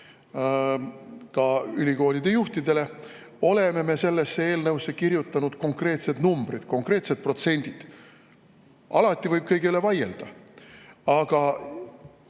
ka ülikoolide juhtidele, oleme me sellesse eelnõusse kirjutanud konkreetsed numbrid, konkreetsed protsendid. Alati võib kõige üle vaielda, aga